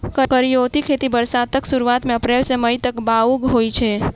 करियौती खेती बरसातक सुरुआत मे अप्रैल सँ मई तक बाउग होइ छै